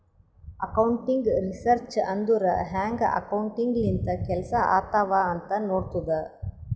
accounting research ಅಂದುರ್ ಹ್ಯಾಂಗ್ accounting ಲಿಂತ ಕೆಲ್ಸಾ ಆತ್ತಾವ್ ಅಂತ್ ನೋಡ್ತುದ್